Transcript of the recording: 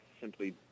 simply